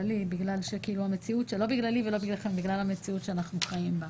בגלל המציאות שאנחנו חיים בה: